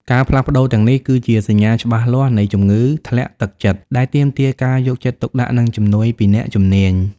ការផ្លាស់ប្ដូរទាំងនេះគឺជា សញ្ញាច្បាស់លាស់នៃជំងឺធ្លាក់ទឹកចិត្ត ដែលទាមទារការយកចិត្តទុកដាក់ និងជំនួយពីអ្នកជំនាញ។